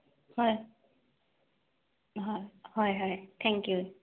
হয় হয় হয় হয় থেংক ইউ